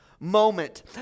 Moment